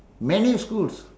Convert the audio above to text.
many schools